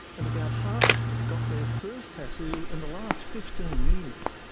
and about half of them got their first tattoo in the last fifteen years.